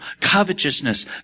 covetousness